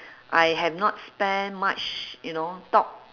I have not spend much you know talk